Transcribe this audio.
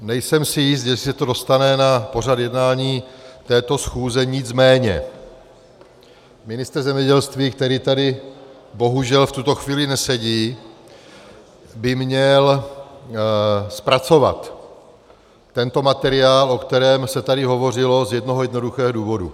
Nejsem si jist, jestli se to dostane na pořad jednání této schůze, nicméně ministr zemědělství, který tady bohužel v tuto chvíli nesedí, by měl zpracovat tento materiál, o kterém se tady hovořilo, z jednoho jednoduchého důvodu.